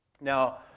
Now